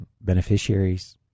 beneficiaries